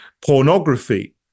pornography